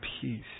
peace